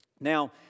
Now